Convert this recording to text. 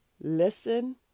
listen